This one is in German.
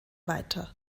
weiter